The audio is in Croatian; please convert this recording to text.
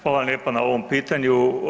Hvala vam lijepa na ovom pitanju.